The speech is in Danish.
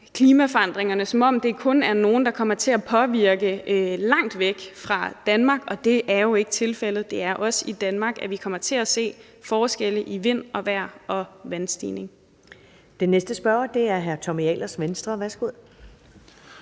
klimaforandringerne, som om det kun er nogle, der kommer til at påvirke langt væk fra Danmark, og det er jo ikke tilfældet. Det er også i Danmark, vi kommer til at se forskelle i vind og vejr og vandstigning. Kl. 12:19 Første næstformand (Karen Ellemann): Den næste